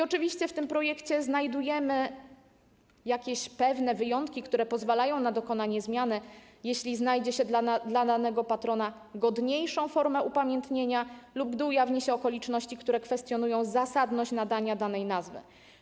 Oczywiście w tym projekcie znajdujemy pewne wyjątki, które pozwalają na dokonanie zmiany, jeśli znajdzie się dla danego patrona godniejszą formę upamiętnienia lub gdy ujawni się okoliczności, które kwestionują zasadność nadania danej nazwy.